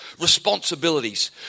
responsibilities